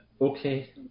Okay